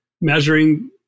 measuring